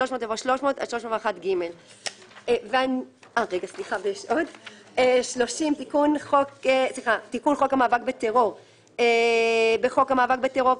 300" יבוא "300 עד 301ג". תיקון חוק המאבק בטרור 30. בחוק המאבק בטרור,